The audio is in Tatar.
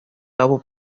табу